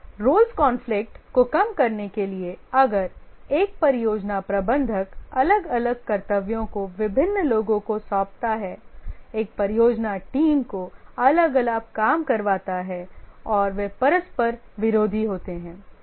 Roles conflict को कम करने के लिए अगर एक परियोजना प्रबंधक अलग अलग कर्तव्यों को विभिन्न लोगों को सौंपता है एक परियोजना टीम को अलग अलग काम करवाता है और वे परस्पर विरोधी होते हैं